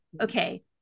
okay